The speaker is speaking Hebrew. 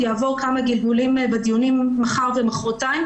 יעבור כמה גלגולים בדיונים מחר ומחרתיים.